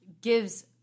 gives